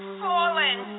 fallen